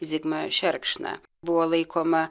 zigmą šerkšną buvo laikoma